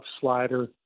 slider